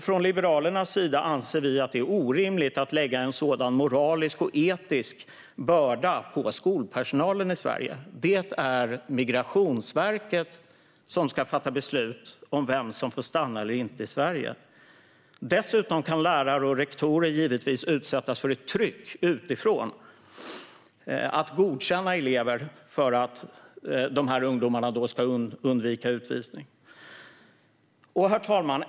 Från Liberalernas sida anser vi att det är orimligt att lägga en sådan moralisk och etisk börda på skolpersonalen i Sverige. Det är Migrationsverket som ska fatta beslut om vem som får stanna eller inte i Sverige. Dessutom kan lärare och rektorer givetvis utsättas för ett tryck utifrån på att godkänna elever för att ungdomarna ska undvika utvisning. Herr talman!